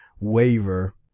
waver